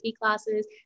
classes